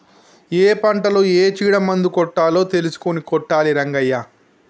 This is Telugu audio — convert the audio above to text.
ఏ పంటలో ఏ చీడ మందు కొట్టాలో తెలుసుకొని కొట్టాలి రంగయ్య